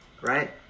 right